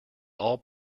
all